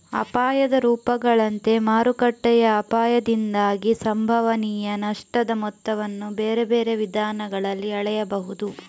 ಅಪಾಯದ ರೂಪಗಳಂತೆ ಮಾರುಕಟ್ಟೆಯ ಅಪಾಯದಿಂದಾಗಿ ಸಂಭವನೀಯ ನಷ್ಟದ ಮೊತ್ತವನ್ನು ಬೇರೆ ಬೇರೆ ವಿಧಾನಗಳಲ್ಲಿ ಅಳೆಯಬಹುದು